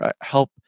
help